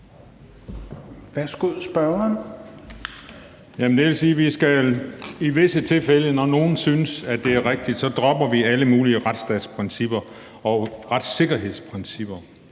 i visse tilfælde, når nogle synes, at det er rigtigt, skal droppe alle mulige retsstatsprincipper og retssikkerhedsprincipper.